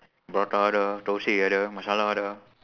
prata ada thosai ada masala ada